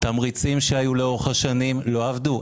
תמריצים שהיו לאורך השנים לא עבדו.